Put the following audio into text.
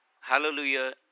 hallelujah